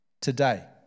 today